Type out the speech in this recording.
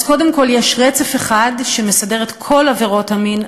אז קודם כול, יש רצף אחד שמסדר את כל עבירות המין,